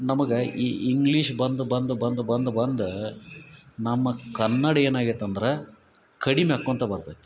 ನಮಗೆ ಈ ಇಂಗ್ಲೀಷ್ ಬಂದು ಬಂದು ಬಂದು ಬಂದು ಬಂದ್ ನಮ್ಮ ಕನ್ನಡ ಏನಾಗೈತಂದ್ರ ಕಡಿಮೆ ಆಕ್ಕೊಂತ ಬರ್ತೈತಿ